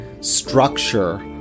structure